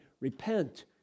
repent